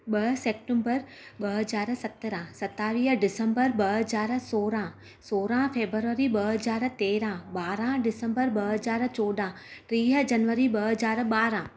ॿ सेप्टेम्बर ॿ हज़ार सत्रहं सतावीह डिसंबर ॿ हज़ार सोरहं सोरहं फेब्रुअरी ॿ हज़ार तेरहं ॿारहं डिसंबर ॿ हज़ार चोॾहं टीह जनवरी ॿ हज़ार ॿारहं